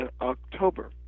October